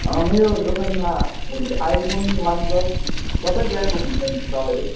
अँ मेरो दोकानमा आइफोन वान प्लस सबै ब्रान्डको भेट्नुहुन्छ तपाईँले